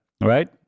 right